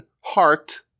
heart